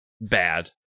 bad